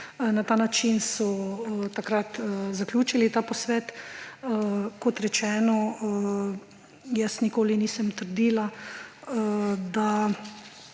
Na ta način so takrat zaključili ta posvet. Kot rečeno, nikoli nisem trdila, da